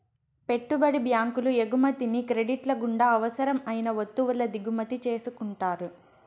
పెట్టుబడి బ్యాంకులు ఎగుమతిని క్రెడిట్ల గుండా అవసరం అయిన వత్తువుల దిగుమతి చేసుకుంటారు